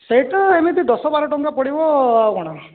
ସେଇଟା ଏମିତି ଦଶ ବାର ଟଙ୍କା ପଡ଼ିବ ଆଉ କ'ଣ